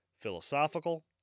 philosophical